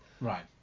Right